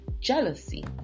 jealousy